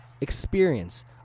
experience